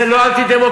זה לא אנטי-דמוקרטי?